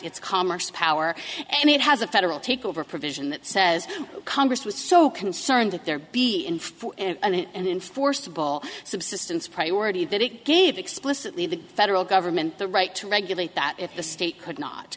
its commerce power and it has a federal takeover provision that says congress was so concerned that there be in four and enforceable subsistence priority that it gave explicitly the federal government the right to regulate that if the state could not